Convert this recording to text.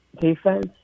defense